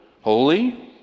holy